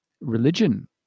Religion